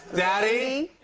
daddy?